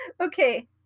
Okay